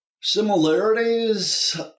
Similarities